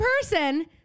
person